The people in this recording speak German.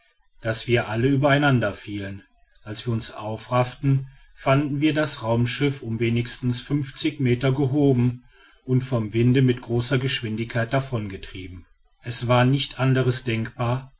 daß wir alle übereinander fielen als wir uns aufrafften fanden wir das raumschiff um wenigstens fünfzig meter gehoben und vom wind mit großer geschwindigkeit davongetrieben es war nicht anders denkbar